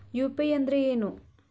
UPI ಅಂದ್ರೆ ಏನು?